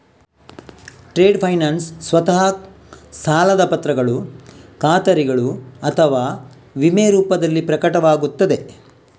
trade finance ಸ್ವತಃ ಸಾಲದ ಪತ್ರಗಳು ಖಾತರಿಗಳು ಅಥವಾ ವಿಮೆಯ ರೂಪದಲ್ಲಿ ಪ್ರಕಟವಾಗುತ್ತದೆ